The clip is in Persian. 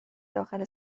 داخل